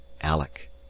alec